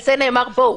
על זה נאמר: בואו...